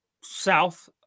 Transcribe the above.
south